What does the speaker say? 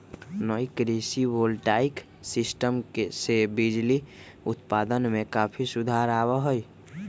नई कृषि voltaic system से बिजली उत्पादन में काफी सुधार आवा हई